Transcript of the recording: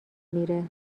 میره